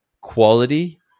quality